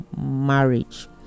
marriage